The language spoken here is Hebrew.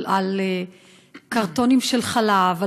על קרטונים של חלב,